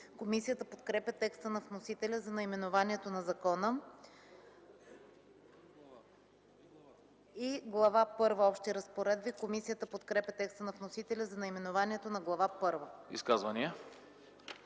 Комисията подкрепя текста на вносителя за наименованието на закона. „Глава първа – Общи разпоредби”. Комисията подкрепя текста на вносителя за наименованието на Глава първа.